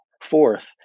Fourth